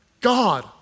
God